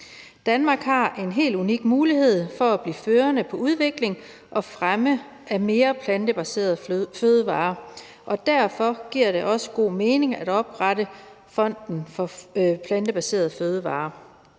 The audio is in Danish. Danmark har en helt unik mulighed for at blive førende i udvikling og fremme af flere plantebaserede fødevarer. Derfor giver det også god mening at oprette Fonden for Plantebaserede Fødevarer.